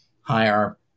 higher